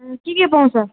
ए के के पाउँछ